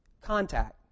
contact